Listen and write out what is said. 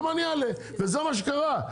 גם אני אעלה וזה מה שקרה,